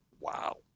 Wow